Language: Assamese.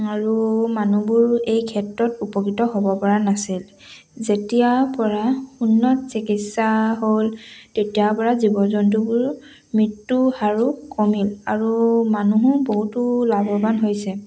আৰু মানুহবোৰ এই ক্ষেত্ৰত উপকৃত হ'ব পৰা নাছিল যেতিয়াৰ পৰা উন্নত চিকিৎসা হ'ল তেতিয়াৰ পৰা জীৱ জন্তুবোৰ মৃত্যু হাৰো কমিল আৰু মানুহো বহুতো লাভৱান হৈছে